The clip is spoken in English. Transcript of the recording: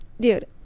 dude